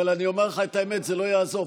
אבל אני אומר לך את האמת, זה לא יעזור.